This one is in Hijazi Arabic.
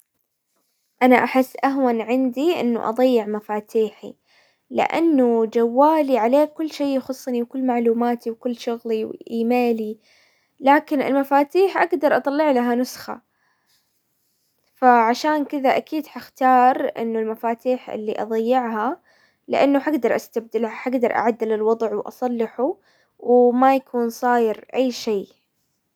انا احس اهون عندي انه اضيع مفاتيحي، لانه جوالي عليه كل شي يخصني وكل معلوماتي وكل شغلي وايميلي، لكن المفاتيح اقدر اطلع لها نسخة، فعشان كذا اكيد حختار انه المفاتيح اللي اضيعها، لانه حقدر استبدلها، حقدر اعدل الوضع واصلحه، وما يكون صاير اي شي.